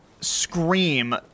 scream